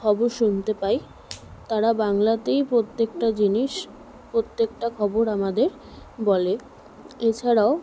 খবর শুনতে পাই তারা বাংলাতেই প্রত্যেকটা জিনিস প্রত্যেকটা খবর আমাদের বলে এছাড়াও